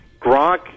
Gronk